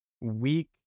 weak